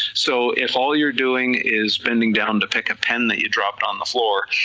so if all you're doing is bending down to pick a pen that you dropped on the floor,